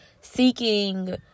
seeking